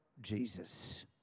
Jesus